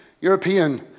European